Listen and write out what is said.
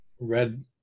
red